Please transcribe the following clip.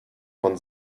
von